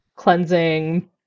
Cleansing